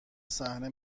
صحنه